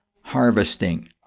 harvesting